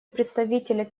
представителя